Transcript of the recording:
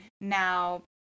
now